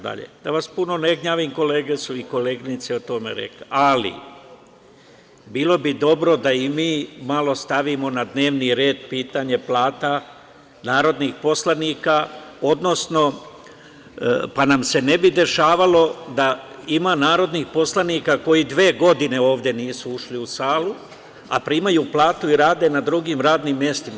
Da vas puno ne gnjavim, kolege i koleginice su o tome rekle, ali bilo bi dobro da i mi malo stavimo na dnevni red pitanje plata narodnih poslanika da nam se ne bi dešavalo da ima narodnih poslanika koji dve godine ovde nisu ušli u salu, a primaju platu i rade na drugim radnim mestima.